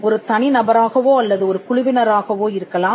ஒரு தனி நபராகவோ அல்லது ஒரு குழுவினராகவோ இருக்கலாம்